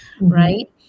right